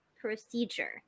procedure